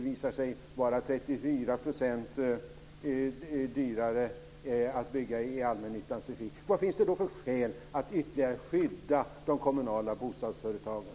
Vad finns det då för skäl att ytterligare skydda de kommunala bostadsföretagen?